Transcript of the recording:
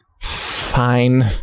fine